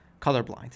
colorblind